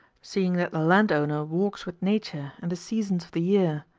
seeing that the landowner walks with nature and the seasons of the year,